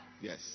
Yes